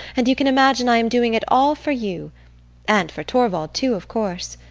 and you can imagine i am doing it all for you and for torvald too, of course.